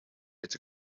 its